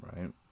right